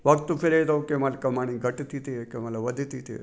वक़्तु फिरे थो कंहिं महिल कमाणी घटि थी थिए कंहिं महिल वधि थी थिए